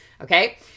Okay